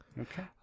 Okay